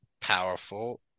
powerful